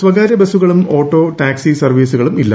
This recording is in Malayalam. സ്വകാര്യബസുകളും ഓട്ടോ ടാക്സി സർവീസുകളുമില്ല